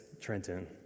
Trenton